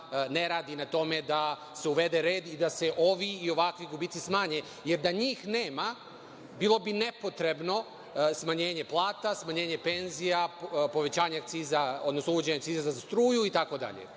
ne radi na tome da se uvede red i da se ovi i ovakvi gubici smanje. Jer, da njih nema bilo bi nepotrebno smanjenje plata, smanjenje penzija, povećanje akciza odnosno uvođenje akciza za struju, itd.